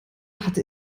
hatte